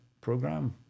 program